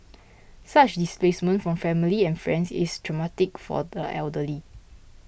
such displacement from family and friends is traumatic for the elderly